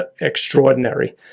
extraordinary